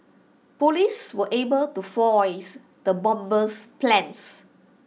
Police were able to foil the bomber's plans